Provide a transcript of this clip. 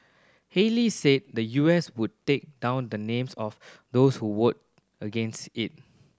Haley said the U S would take down the names of those who vote against it